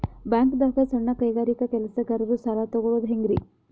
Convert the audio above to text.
ಬ್ಯಾಂಕ್ದಾಗ ಸಣ್ಣ ಕೈಗಾರಿಕಾ ಕೆಲಸಗಾರರು ಸಾಲ ತಗೊಳದ್ ಹೇಂಗ್ರಿ?